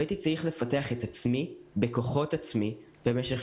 הייתי צריך לפתח את עצמי בכוחות עצמי במשך